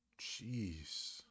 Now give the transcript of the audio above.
Jeez